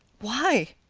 why,